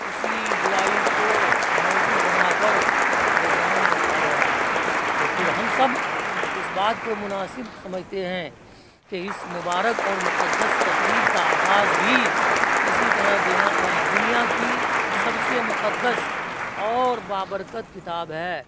کسی برائی کو موضوع بنا کر پروگرام رکھا گیا ہے تو پھر ہم سب اس بات کو مناسب سمجھتے ہیں کہ اس مبارک اور مقدس تقریب کا آغاز بھی اسی طرح دینا دنیا کی سب سے مقدس اور بابرکت کتاب ہے